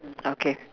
okay